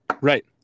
Right